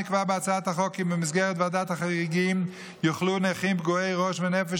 נקבע בהצעת החוק כי במסגרת ועדת החריגים יוכלו נכים פגועי ראש ונפש,